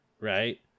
right